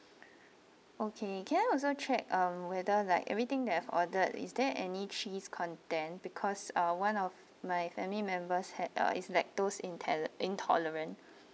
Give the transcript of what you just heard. okay can I also check um whether like everything that I've ordered is there any cheese content because ah one of my family members had a is lactose intol~ intolerance